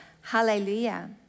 Hallelujah